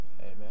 Amen